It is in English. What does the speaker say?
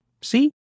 See